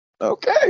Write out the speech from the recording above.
Okay